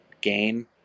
game